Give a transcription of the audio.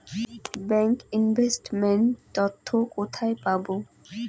Bank investment তথ্য কোথায় পাব?